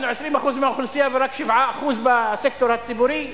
אנחנו 20% מהאוכלוסייה ורק 7% בסקטור הציבורי.